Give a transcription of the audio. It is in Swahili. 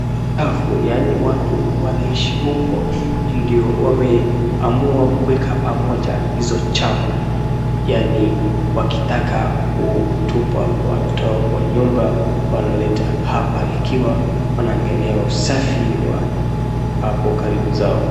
Uchafu, yaani watu wanaishi huku ndo wameamua kuweka pamoja hizo chafu, yaani wakitaka kutupa wanatoka kwa nyumba wanaleta hapa ikiwa wanaangalia usafi wa hapo karibu zao.